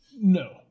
No